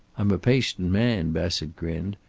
i'm a patient man. bassett grinned.